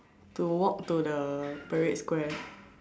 to walk to the Parade Square